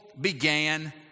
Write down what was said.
began